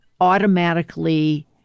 automatically